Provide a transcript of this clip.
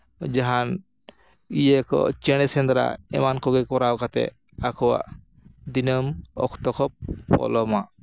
ᱡᱟᱦᱟᱱ ᱤᱭᱟᱹᱠᱚ ᱪᱮᱬᱮ ᱥᱮᱸᱫᱽᱨᱟ ᱮᱢᱟᱱ ᱠᱚᱜᱮ ᱠᱚᱨᱟᱣ ᱠᱟᱛᱮᱫ ᱟᱠᱚᱣᱟᱜ ᱫᱚᱱᱟᱹᱢ ᱚᱠᱛᱚ ᱠᱚ ᱯᱚᱞᱚᱢᱟ